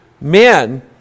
men